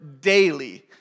daily